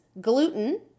gluten